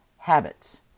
habits